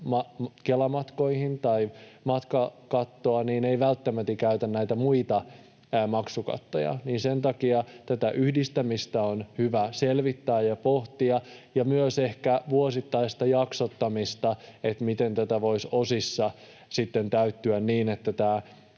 Kela-matkoihin matkakattoa, ei käytä näitä muita maksukattoja, tätä yhdistämistä on hyvä selvittää ja on hyvä pohtia ehkä myös vuosittaista jaksottamista, sitä, miten tämä voisi osissa sitten täyttyä niin, että tämä